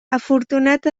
afortunat